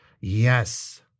Yes